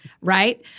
right